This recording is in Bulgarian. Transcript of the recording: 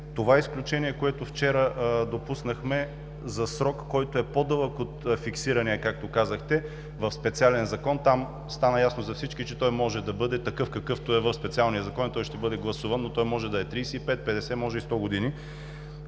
това изключение, което вчера допуснахме за срок, който е по-дълъг от фиксирания, както казахте, в специален закон, там стана ясно за всички, че той може да бъде такъв, какъвто е в специалния закон, и той ще бъде гласуван, но той може да е 35, 50, може и да е 100 години.